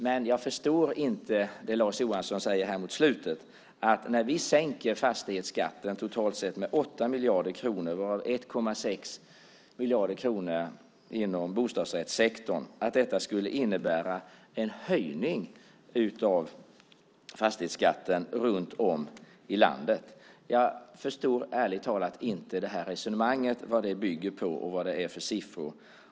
Men jag förstår inte det som Lars Johansson säger i slutet av sin replik om att när vi sänker fastighetsskatten totalt sett med 8 miljarder kronor, varav 1,6 miljarder kronor inom bostadsrättssektorn, skulle det innebära en höjning av fastighetsskatten runt om i landet. Jag förstår ärligt talat inte vad detta resonemang bygger på och vad det är för siffror.